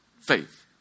faith